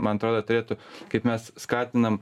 man atrodo turėtų kaip mes skatinam